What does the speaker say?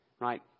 Right